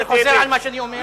אני חוזר על מה שאני אומר.